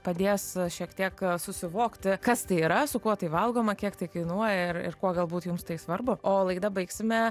padės šiek tiek susivokti kas tai yra su kuo tai valgoma kiek tai kainuoja ir ir kuo galbūt jums tai svarbu o laidą baigsime